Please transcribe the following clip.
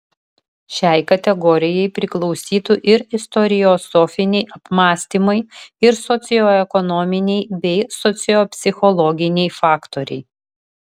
šiai kategorijai priklausytų ir istoriosofiniai apmąstymai ir socioekonominiai bei sociopsichologiniai faktoriai